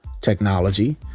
technology